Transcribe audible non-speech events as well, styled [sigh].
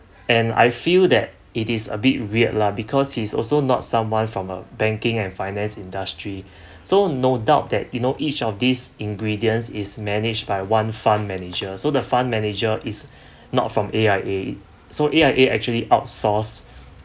and I feel that it is a bit weird lah because he's also not someone from a banking and finance industry [breath] so no doubt that you know each of these ingredients is managed by one fund manager so the fund manager is [breath] not from A_I_A so ya it actually outsource